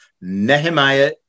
Nehemiah